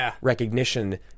recognition